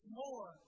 more